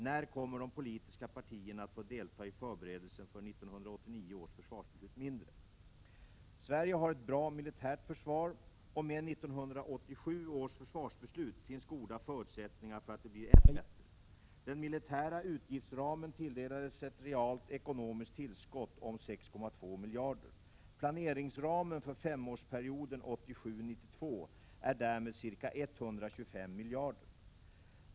När kommer de politiska partierna att få delta i förberedelsen för 1989 års Försvarsbeslut mindre”? Sverige har ett bra militärt försvar. Med 1987 års försvarsbeslut finns goda förutsättningar för att det blir än bättre. Den militära utgiftsramen tilldelades ett realt ekonomiskt tillskott om 6,2 miljarder. Planeringsramen för femårsperioden 1987—1992 är därmed ca 125 miljarder.